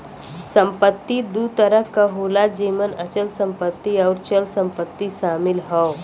संपत्ति दू तरह क होला जेमन अचल संपत्ति आउर चल संपत्ति शामिल हौ